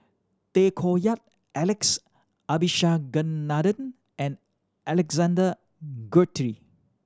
Tay Koh Yat Alex Abisheganaden and Alexander Guthrie